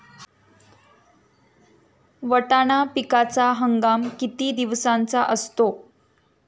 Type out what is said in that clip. वाटाणा पिकाचा हंगाम किती दिवसांचा असतो?